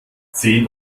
zehn